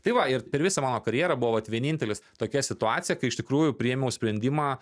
tai va ir per visą mano karjerą buvo vat vienintelis tokia situacija kai iš tikrųjų priėmiau sprendimą